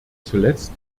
zuletzt